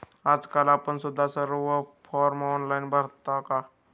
आजकाल आपण सुद्धा सर्व फॉर्म ऑनलाइन भरता का?